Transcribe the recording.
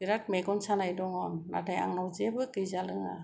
बेराद मेगन सानाय दङ नाथाय आंनाव जेबो गैजा रोङा